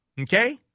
okay